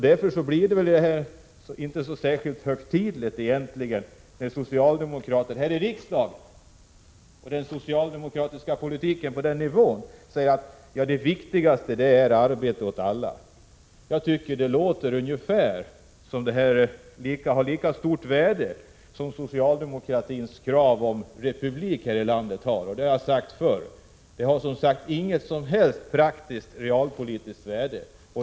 Därför kan man inte ta det särskilt högtidligt när socialdemokrater här i riksdagen och på olika nivåer säger att det viktigaste är arbete åt alla. Jag tycker det har lika stort värde som socialdemokraternas krav på republik i landet. Som jag har sagt förr har det kravet inget som helst praktiskt realpolitiskt värde.